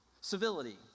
Civility